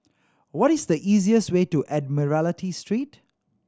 what is the easiest way to Admiralty Street